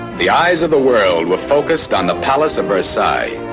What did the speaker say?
the eyes of the world were focused on the palace of versailles.